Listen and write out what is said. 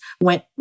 went